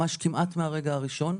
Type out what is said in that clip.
ממש כמעט מהרגע הראשון.